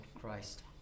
Christ